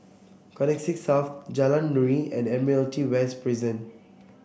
Connexis South Jalan Nuri and Admiralty West Prison